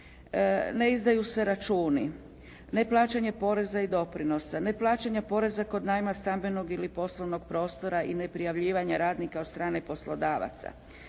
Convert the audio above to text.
ne izdaju se računi, neplaćanje poreza i doprinosa, neplaćanje poreza kod najma stambenog ili poslovnog prostora i neprijavljivanja radnika od strane poslodavaca.